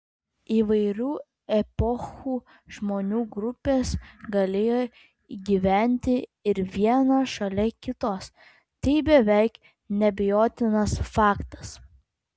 įvairių epochų žmonių grupės galėjo gyventi ir viena šalia kitos tai beveik neabejotinas faktas